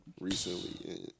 recently